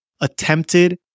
attempted